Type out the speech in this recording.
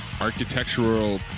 Architectural